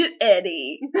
Eddie